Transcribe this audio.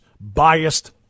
biased